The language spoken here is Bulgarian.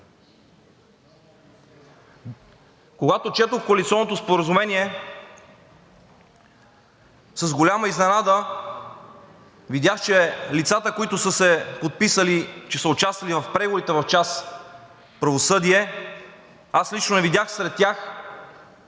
Когато четох коалиционното споразумение, с голяма изненада видях, че сред лицата, които са се подписали, че са участвали в преговорите по част „Правосъдие“, аз лично не видях експертиза по